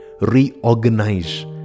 reorganize